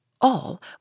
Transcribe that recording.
All